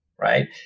right